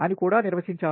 అని కూడా నిర్వచించాను